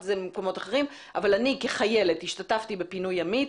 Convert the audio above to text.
את זה ממקומות אחרים אני כחיילת השתתפתי בפינוי ימית.